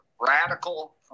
radical